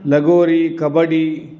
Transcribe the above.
लगोरी kabaddi